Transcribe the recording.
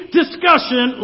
discussion